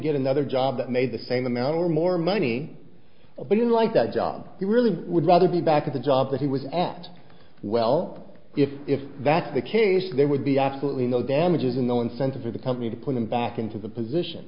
get another job made the same amount or more money but you like that job you really would rather be back at the job that he was asked well if that's the case there would be absolutely no damages in the incentive for the company to put them back into the position